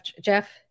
Jeff